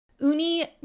uni